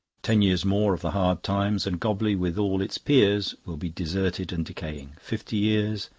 ten years more of the hard times and gobley, with all its peers, will be deserted and decaying. fifty years,